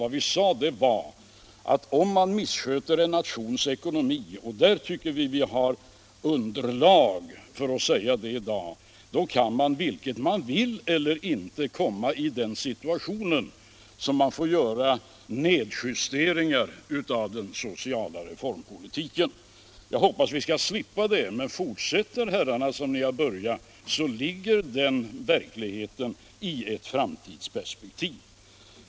Vad vi sade var att om man missköter en nations ekonomi, och vi tycker att vi har underlag för att säga det i dag, kan man vare sig man vill eller inte komma i den situationen att man får göra nedjusteringar av den sociala reformpolitiken. Jag hoppas att vi skall slippa det, men fortsätter herrarna så som ni har börjat, ligger den verkligheten i ett framtidsperspektiv.